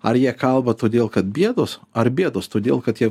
ar jie kalba todėl kad bėdos ar bėdos todėl kad jie